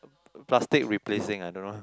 plastic replacing I don't know